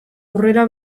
aurrera